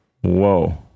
whoa